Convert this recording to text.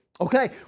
Okay